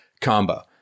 combo